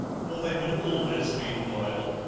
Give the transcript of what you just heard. for they had always been loyal,